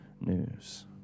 news